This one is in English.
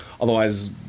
otherwise